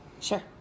Sure